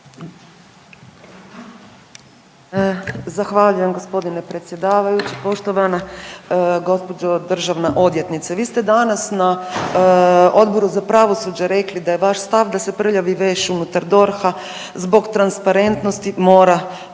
Zahvaljujem g. predsjedavajući, poštovana gđo. državna odvjetnice. Vi ste danas na Odboru za pravosuđe rekli da je vaš stav da se prljavi veš unutar DORH-a zbog transparentnosti mora